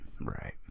right